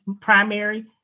primary